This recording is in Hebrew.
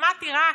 שמעתי רק: